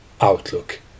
Outlook